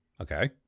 Okay